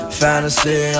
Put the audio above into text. fantasy